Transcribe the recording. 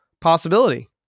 possibility